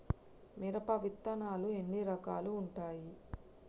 మిరప విత్తనాలు ఎన్ని రకాలు ఉంటాయి?